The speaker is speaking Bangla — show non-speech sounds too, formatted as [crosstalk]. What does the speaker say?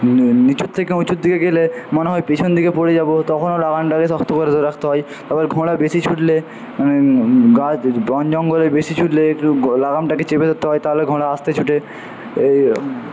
নীচুর থেকে উঁচুর দিকে গেলে মনে হয় পিছন দিকে পরে যাবো তখনও লাগামটাকে শক্ত করে ধরে রাখতে হয় আবার ঘোড়া বেশী ছুটলে [unintelligible] গাছ বন জঙ্গলে বেশী ছুটলে একটু লাগামটাকে চেপে ধরতে হয় তাহলে ঘোড়া আস্তে ছোটে এই